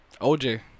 OJ